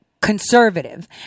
conservative